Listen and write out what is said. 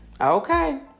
Okay